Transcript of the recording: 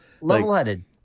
Level-headed